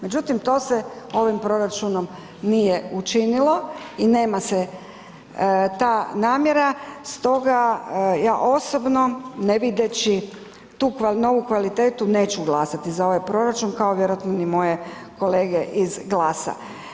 Međutim, to se ovim proračunom nije učinilo i nema se ta namjera, stoga ja osobno ne videći tu novu kvalitetu neću glasati za ovaj proračun kao vjerojatno ni moje kolege iz GLAS-a.